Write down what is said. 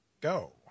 go